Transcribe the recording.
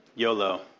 YOLO